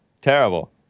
Terrible